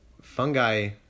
Fungi